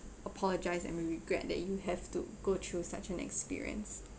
apologise and we regret that you have to go through such an experience